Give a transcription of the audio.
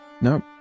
nope